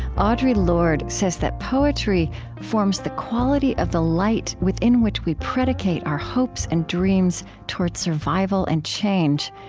audre lorde says that poetry forms the quality of the light within which we predicate our hopes and dreams toward survival and change,